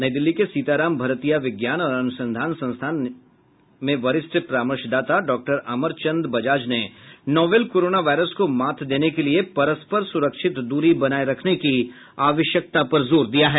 नई दिल्ली के सीताराम भरतिया विज्ञान और अनुसंधान संस्थान नई दिल्ली में वरिष्ठ परामर्शदाता डॉक्टर अमरचंद बजाजने नोवेल कोरोना वायरस को मात देने के लिए परस्पर सुरक्षित दूरी बनाए रखने की आवश्यकता पर जोर दिया है